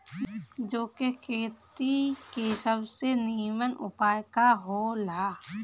जौ के खेती के सबसे नीमन उपाय का हो ला?